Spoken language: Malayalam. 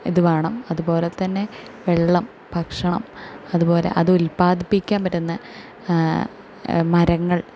ഇത് വേണം അതുപോലെ തന്നെ വെള്ളം ഭക്ഷണം അതുപോലെ അത് ഉല്പാദിപ്പിക്കാൻ പറ്റുന്ന മരങ്ങൾ